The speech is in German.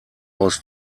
aus